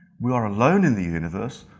we are alone in the universe,